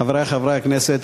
חברי חברי הכנסת,